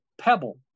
pebble